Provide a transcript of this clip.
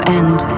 end